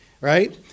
right